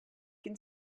can